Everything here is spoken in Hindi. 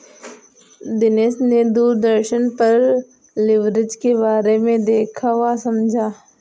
दिनेश ने दूरदर्शन पर लिवरेज के बारे में देखा वह समझा